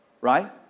right